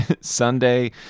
Sunday